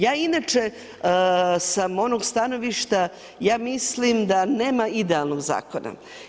Ja inače sam onog stanovišta, ja mislim da nema idealnog zakona.